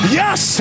yes